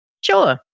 Sure